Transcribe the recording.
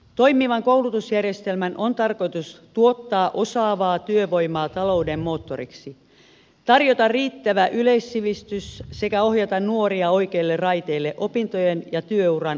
toimivan koulutusjärjestelmän on tarkoitus tuottaa osaavaa työvoimaa talouden moottoriksi tarjota riittävä yleissivistys sekä ohjata nuoria oikeille raiteille opintojen ja työuran osalta